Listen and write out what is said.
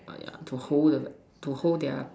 ah ya to hold the bag to hold their